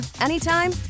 anytime